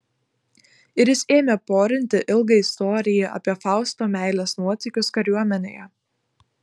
ir jis ėmė porinti ilgą istoriją apie fausto meilės nuotykius kariuomenėje